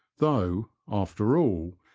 though, after all,